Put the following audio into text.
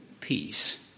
peace